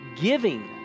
giving